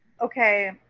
Okay